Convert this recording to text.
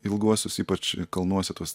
ilguosius ypač kalnuose tuos